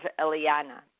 Eliana